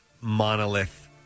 monolith